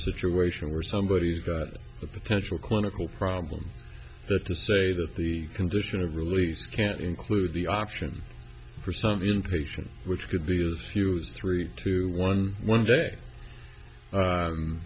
situation where somebody has got a potential clinical problem that to say that the condition of release can't include the option for some inpatient which could be as few as three to one one day